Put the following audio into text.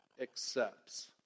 accepts